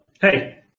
hey